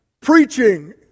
preaching